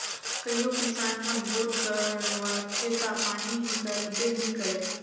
कइयो किसान मन बोर करवाथे ता पानी हिकलबे नी करे